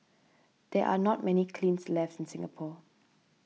there are not many kilns left in Singapore